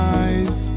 eyes